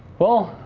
well,